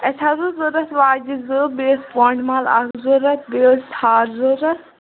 اَسہِ حظ اوس ضروٗرت واجہِ زٕ بیٚیہِ ٲسۍ پونٛڈٕ مال اَکھ ضروٗرت بیٚیہِ اوس اَسہِ ہار ضروٗرت